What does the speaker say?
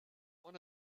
one